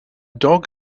dog